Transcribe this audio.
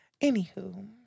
Anywho